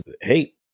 hey